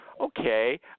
Okay